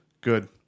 Good